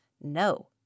No